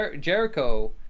Jericho